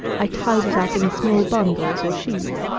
i tied it up in small bundles, or sheaves,